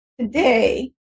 Today